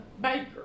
baker